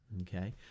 okay